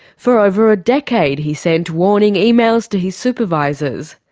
for over a decade, he sent warning emails to his supervisors.